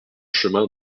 chemin